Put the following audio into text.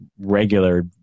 regular